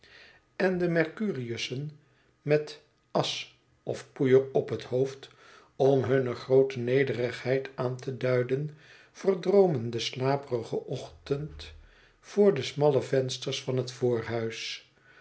en de mercurius'en met asch of poeier op het hoofd om hunne groote nederigheid aan te duiden verdroomen den slaperigen ochtend voor de smalle vensters van het